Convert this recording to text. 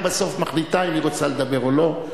בסוף מחליטה אם היא רוצה לדבר או לא.